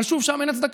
אבל שוב, שם אין הצדקה.